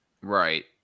Right